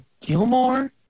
Gilmore